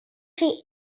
chi